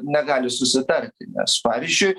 negali susitarti nes pavyzdžiui